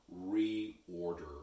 reorder